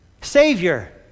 Savior